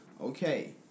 okay